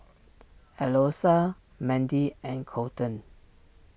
Eloisa Mendy and Colten